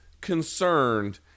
concerned